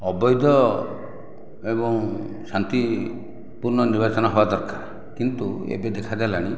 ଅବୈଧ ଏବଂ ଶାନ୍ତିପୂର୍ଣ୍ଣ ନିର୍ବାଚନ ହେବା ଦରକାର କିନ୍ତୁ ଏବେ ଦେଖା ଦେଲାଣି